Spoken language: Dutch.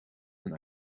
een